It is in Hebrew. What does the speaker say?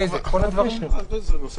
אין בעיה, אז אני מבקש נושא